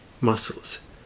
muscles